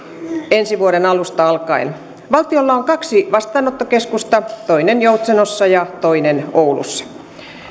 ensi vuoden alusta alkaen valtiolla on kaksi vastaanottokeskusta toinen joutsenossa ja toinen oulussa